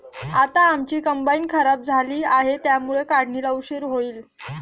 आता आमची कंबाइन खराब झाली आहे, त्यामुळे काढणीला उशीर होईल